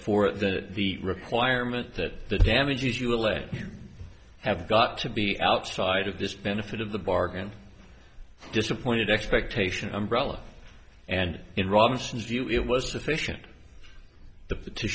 for the the requirement that the damages you allege have got to be outside of this benefit of the bargain disappointed expectation umbrella and in robinson's view it was sufficient t